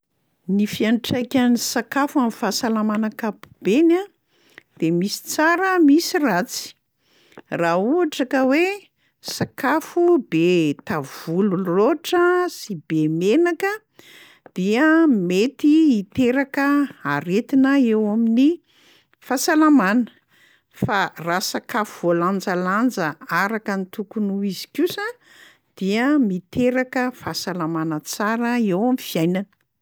Ny fiantraikan'ny sakafo amin'ny fahasalamana ankapobeny de misy tsara, misy ratsy; raha ohatra ka hoe sakafo be tavolo loatra sy be menaka dia mety hiteraka aretina eo amin'ny fahasalamana, fa raha sakafo voalanjalanja araka ny tokony ho izy kosa dia miteraka fahasalamana tsara eo amin'ny fiainana.